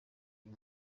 uyu